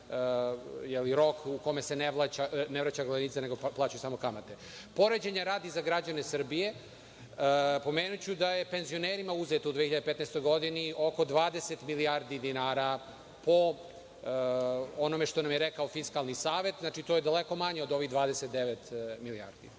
taj rok u kome se ne vraća glavnica nego plaćaju samo kamate. Poređenja radi, za građane Srbije, pomenuću da je penzionerima uzeto u 2015. godini oko 20 milijardi dinara po onome što nam je rekao Fiskalni savet, znači, to je daleko manje od ovih 29 milijardi. Druga